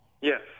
Yes